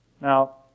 Now